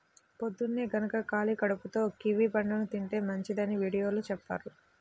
పొద్దన్నే గనక ఖాళీ కడుపుతో కివీ పండుని తింటే మంచిదని వీడియోలో చెప్పారు